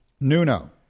Nuno